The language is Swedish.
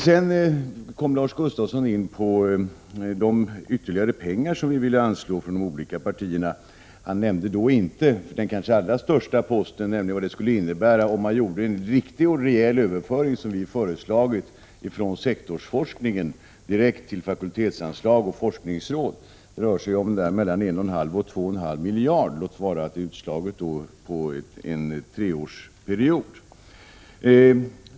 Sedan kom Lars Gustafsson in på de ytterligare pengar som vi från de olika partierna vill anslå. Han nämnde då inte den kanske allra största posten, nämligen vad det skulle innebära om man gjorde en riktig och rejäl överföring, som vi har föreslagit, från sektorsforskningen direkt till fakultetsanslag och forskningsråd. Det rör sig om mellan 1,5 och 2,5 miljarder — låt vara att det är utslaget på en treårsperiod.